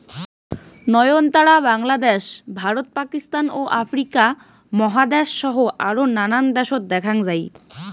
নয়নতারা বাংলাদ্যাশ, ভারত, পাকিস্তান ও আফ্রিকা মহাদ্যাশ সহ আরও নানান দ্যাশত দ্যাখ্যাং যাই